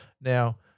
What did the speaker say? Now